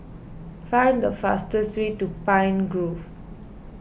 find the fastest way to Pine Grove